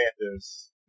Panthers